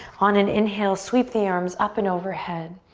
on an inhale, sweep the arms up and overhead,